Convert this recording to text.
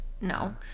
no